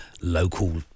local